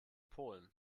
polen